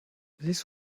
this